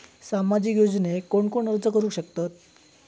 सामाजिक योजनेक कोण कोण अर्ज करू शकतत?